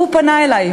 הוא פנה אלי,